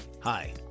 Hi